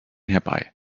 herbei